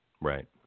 Right